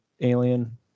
alien